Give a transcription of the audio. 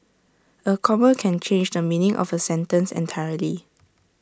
A comma can change the meaning of A sentence entirely